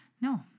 No